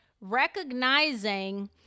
recognizing